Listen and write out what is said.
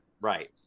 Right